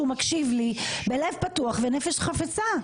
הוא מקשיב לי בלב פתוח ונפש חפצה.